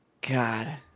god